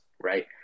right